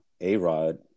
A-Rod